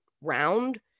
round